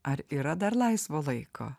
ar yra dar laisvo laiko